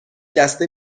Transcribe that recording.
دسته